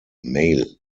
mail